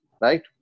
right